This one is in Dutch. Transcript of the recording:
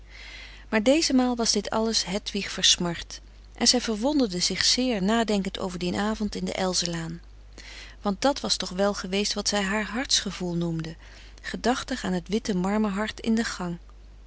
maar deze maal was dit alles hedwig versmart en zij verwonderde zich zeer nadenkend over dien avond in de elzenlaan want dat was toch wel geweest wat zij haar hartsgevoel noemde gedachtig aan het witte marmer hart in den gang